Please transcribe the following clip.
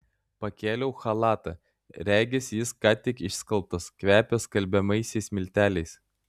pakėliau chalatą regis jis ką tik išskalbtas kvepia skalbiamaisiais milteliais